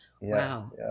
Wow